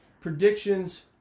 predictions